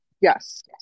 Yes